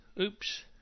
Oops